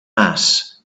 mass